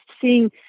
seeing